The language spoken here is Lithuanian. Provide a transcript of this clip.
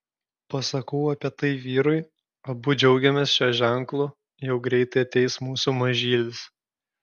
pasakau apie tai vyrui abu džiaugiamės šiuo ženklu jau greitai ateis mūsų mažylis